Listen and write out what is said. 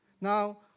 Now